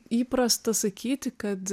įprasta sakyti kad